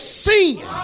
sin